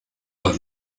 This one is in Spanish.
los